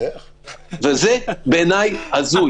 זה בעיניי הזוי.